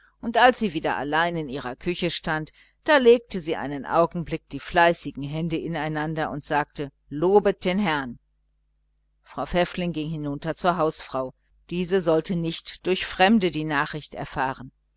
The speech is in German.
und als sie wieder allein in ihrer küche stand da legte sie einen augenblick die fleißigen hände ineinander und sagte lobe den herrn frau pfäffling ging hinunter zur hausfrau diese sollte nicht durch fremde die nachricht erfahren